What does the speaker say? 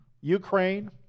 Ukraine